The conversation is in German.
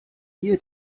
hier